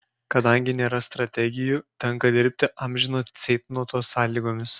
kadangi nėra strategijų tenka dirbti amžino ceitnoto sąlygomis